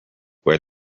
where